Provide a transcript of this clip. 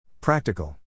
Practical